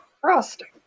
frosting